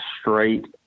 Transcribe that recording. straight